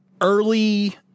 early